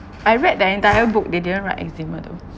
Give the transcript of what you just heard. I read the entire book they didn't write eczema though